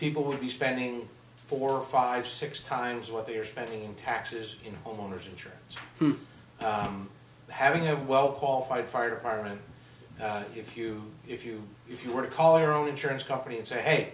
people will be spending four five six times what they are spending in taxes in homeowner's insurance having a well qualified fire department if you if you if you were to call your own insurance company and say